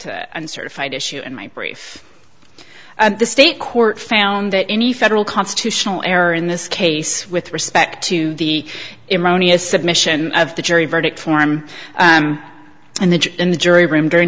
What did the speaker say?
uncertified issue in my brief at the state court found that any federal constitutional error in this case with respect to the iranians submission of the jury verdict form and the judge in the jury room during